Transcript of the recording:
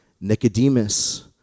Nicodemus